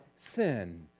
sin